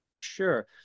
sure